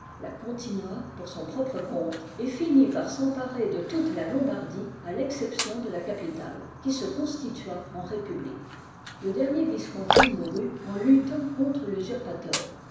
la continua pour son propre compte et finit par s'emparer de toute la lombardie à l'exception de la capitale qui se constitua eu république le dernier visconti mourut en luttant contre l'usurpateur